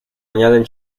añaden